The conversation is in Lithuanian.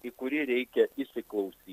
į kurį reikia įsiklausyt